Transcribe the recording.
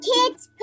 Kids